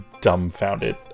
dumbfounded